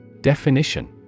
Definition